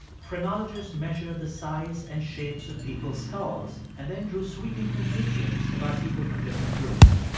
phrenologists measured the size and shapes of people's skulls and then drew sweeping conclusions about people from different groups.